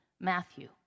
Matthew